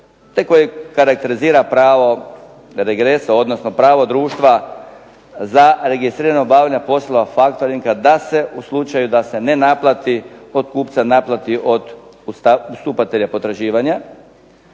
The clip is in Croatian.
te koje karakterizira pravo regresa, odnosno pravo društva za registrirano obavljanje poslova faktoringa da se u slučaju da se ne naplati od kupca naplati od ustupatelja potraživanja.